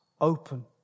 open